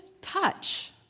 touch